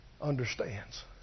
understands